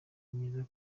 myiza